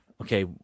okay